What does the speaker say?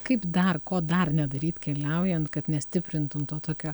kaip dar ko dar nedaryt keliaujant kad nestiprintum to tokio